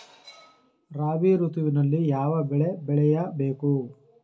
ರಾಬಿ ಋತುವಿನಲ್ಲಿ ಯಾವ ಬೆಳೆ ಬೆಳೆಯ ಬೇಕು?